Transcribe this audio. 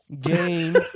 game